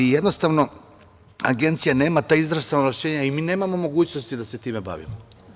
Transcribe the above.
Jednostavno, Agencija nema ta ovlašćenja i mi nemamo mogućnosti da se time bavimo.